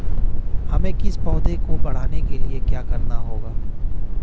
हमें किसी पौधे को बढ़ाने के लिये क्या करना होगा?